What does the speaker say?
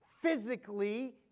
physically